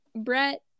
Brett